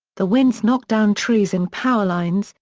the winds knocked down trees and power lines,